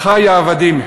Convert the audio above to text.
אחי העבדים,